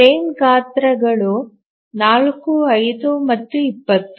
frame ಗಾತ್ರಗಳು 4 5 ಮತ್ತು 20